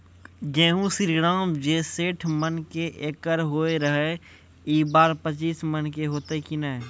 गेहूँ श्रीराम जे सैठ मन के एकरऽ होय रहे ई बार पचीस मन के होते कि नेय?